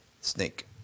snake